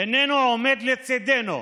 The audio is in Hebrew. איננו עומד לצידנו,